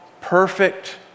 perfect